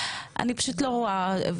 אני פשוט לא רואה.